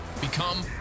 become